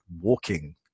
walking